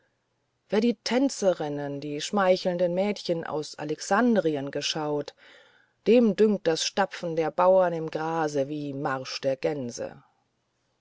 wer die tänzerinnen die schmeichelnden mädchen aus alexandrien geschaut dem dünkt das stapfen der bauern im grase wie marsch der gänse